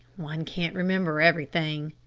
one can't remember everything,